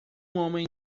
homem